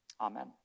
Amen